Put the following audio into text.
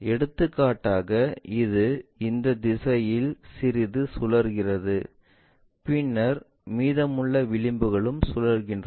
எடுத்துக்காட்டாக இது இந்த திசையில் சிறிது சுழல்கிறது பின்னர் மீதமுள்ள விளிம்புகளும் சுழல்கின்றன